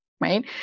right